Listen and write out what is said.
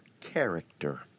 character